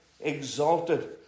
exalted